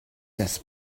das